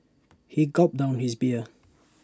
he gulped down his beer